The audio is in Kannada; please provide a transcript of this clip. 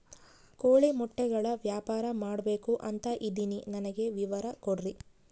ಕೋಳಿ ಮೊಟ್ಟೆಗಳ ವ್ಯಾಪಾರ ಮಾಡ್ಬೇಕು ಅಂತ ಇದಿನಿ ನನಗೆ ವಿವರ ಕೊಡ್ರಿ?